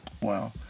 Wow